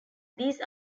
these